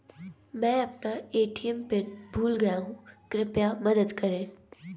मैं अपना ATM PIN भूल गया हूँ, कृपया मदद करें